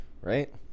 right